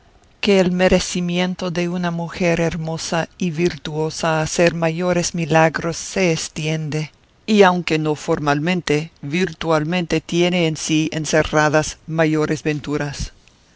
que el merecimiento de una mujer hermosa y virtuosa a hacer mayores milagros se estiende y aunque no formalmente virtualmente tiene en sí encerradas mayores venturas